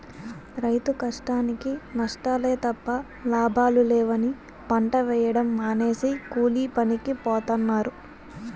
రైతు కష్టానికీ నష్టాలే తప్ప లాభాలు లేవని పంట వేయడం మానేసి కూలీపనికి పోతన్నారు